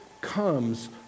comes